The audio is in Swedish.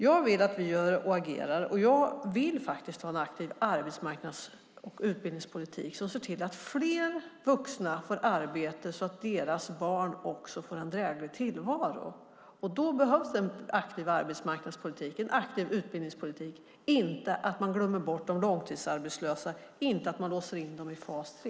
Jag vill att vi agerar, och jag vill ha en aktiv arbetsmarknads och utbildningspolitik som ser till att fler vuxna får arbete så att deras barn får en dräglig tillvaro. Då behövs en aktiv arbetsmarknadspolitik, en aktiv utbildningspolitik, inte att man glömmer bort de långtidsarbetslösa, inte att man låser in dem i fas 3.